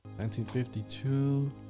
1952